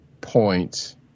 point